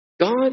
God